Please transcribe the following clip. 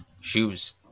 shoes